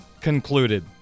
concluded